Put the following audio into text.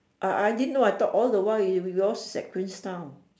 I I didn't know I thought all the while yours at queenstown